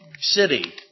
city